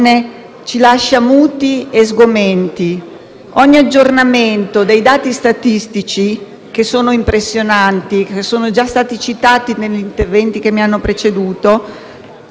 ogni aggiornamento dei dati statistici, che sono impressionanti e che sono già stati citati negli interventi che mi hanno preceduto, ci confermano che questo orrore di aggressività